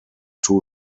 two